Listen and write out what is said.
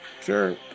sure